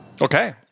Okay